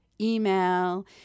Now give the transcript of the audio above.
email